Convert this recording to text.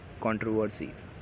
controversies